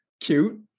cute